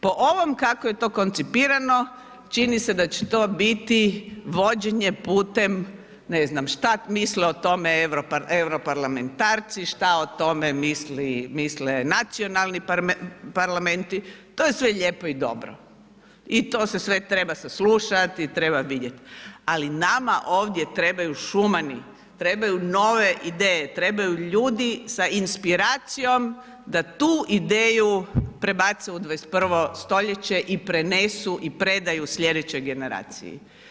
Po ovom kako je to koncipirano, čini se da će to biti vođenje putem, ne znam, šta misle o tome europarlamentarci, šta o tome misle nacionalni parlamenti, to je sve lijepo i dobro i to se sve treba saslušat i treba vidjet ali nama ovdje trebaju šumani, trebaju nove ideje, trebaju ljudi sa inspiracijom da tu ideju prebace u 21. st. i prenesu i predaju slijedećoj generaciji.